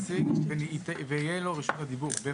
המועצה ביקשה שיהיה נציג ויהיה לו רשות הדיבור.